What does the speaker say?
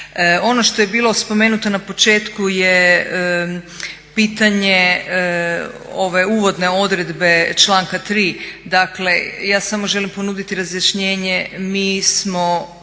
Ono što je bilo spomenuto na početku je pitanje ove uvodne odredbe članka 3. Dakle ja samo želim ponuditi razjašnjenje.